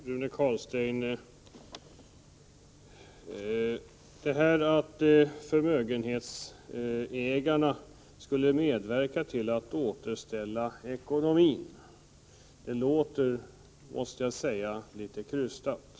Herr talman! Talet om att förmögenhetsägarna skulle medverka till att återupprätta ekonomin låter, Rune Carlstein, litet krystat.